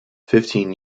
fifteen